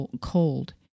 cold